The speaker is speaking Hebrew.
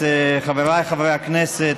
חבריי חברי הכנסת,